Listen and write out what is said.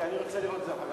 אני רוצה לראות את זה אחר כך.